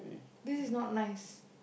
this is not nice